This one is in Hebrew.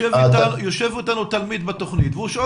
יושב איתנו תלמיד בתוכנית והוא שואל